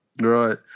Right